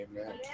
Amen